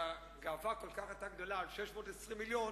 שהגאווה היתה כל כך גדולה על 620 מיליון